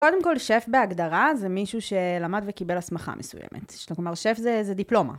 קודם כל שף בהגדרה זה מישהו שלמד וקיבל הסמכה מסוימת. זאת אומרת, שף זה דיפלומה.